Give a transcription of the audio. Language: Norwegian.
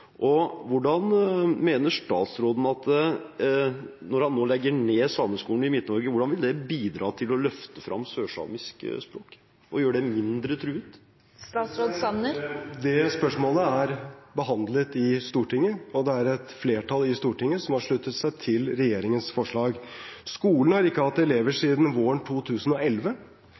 truet. Hvordan mener statsråden, når han nå legger ned Sameskolen i Midt-Norge, at det vil bidra til å løfte sørsamisk språk og gjøre det mindre truet? Det spørsmålet er behandlet i Stortinget, og det er et flertall i Stortinget som har sluttet seg til regjeringens forslag. Skolen har ikke hatt elever